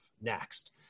next